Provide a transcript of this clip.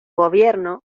gobierno